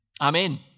Amen